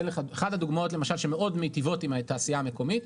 אחת הדוגמאות שמאוד מיטיבות עם התעשייה המקומית,